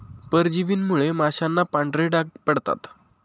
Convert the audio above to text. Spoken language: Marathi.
परजीवींमुळे माशांना पांढरे डाग पडतात